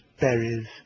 berries